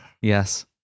Yes